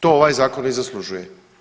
To ovaj zakon i zaslužuje.